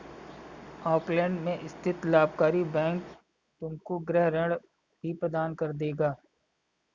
Auckland में स्थित लाभकारी बैंक तुमको गृह ऋण भी प्रदान कर देगा